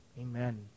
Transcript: Amen